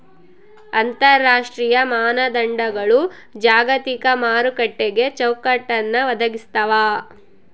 ಅಂತರರಾಷ್ಟ್ರೀಯ ಮಾನದಂಡಗಳು ಜಾಗತಿಕ ಮಾರುಕಟ್ಟೆಗೆ ಚೌಕಟ್ಟನ್ನ ಒದಗಿಸ್ತಾವ